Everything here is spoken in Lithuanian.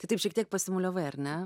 tai taip šiek tiek pasimuliavai ar ne